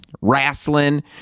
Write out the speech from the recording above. Wrestling